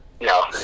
No